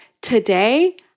today